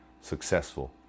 successful